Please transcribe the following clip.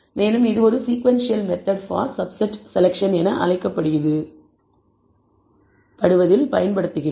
மேலும் இது sequential method for subset selection என அழைக்கப்படுவதில் பயன்படுத்துகிறோம்